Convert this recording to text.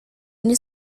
ini